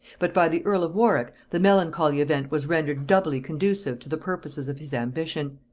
but by the earl of warwick the melancholy event was rendered doubly conducive to the purposes of his ambition.